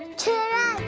to